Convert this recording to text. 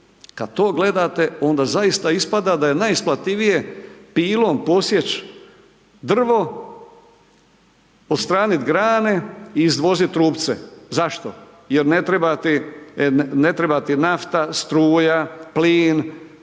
kada to gledate onda zaista ispada da je najisplativije pilom posjeći drvo, odstraniti grane i izvoziti trupce. Zašto? Jer ne treba ti nafta, struja, plin,